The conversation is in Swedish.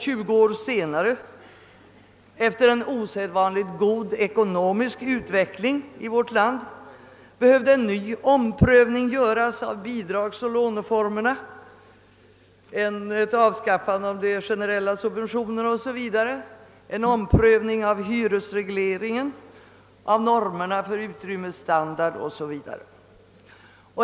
Tjugu år senare, efter en osedvanligt god ekonomisk utveckling i vårt land, behövde en ny omprövning göras beträffande bidragsoch låneformerna, ett avskaffande av de generella subventionerna, hyresregleringen, normerna för utrymmesstandard m.m.